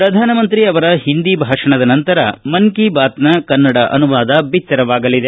ಪ್ರಧಾನಮಂತ್ರಿ ಅವರ ಹಿಂದಿ ಭಾಷಣದ ನಂತರ ಮನ್ ಕಿ ಬಾತ್ನ ಕನ್ನಡ ಅನುವಾದ ಬಿತ್ತರವಾಗಲಿದೆ